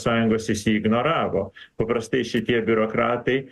sąjungos jis jį ignoravo paprastai šitie biurokratai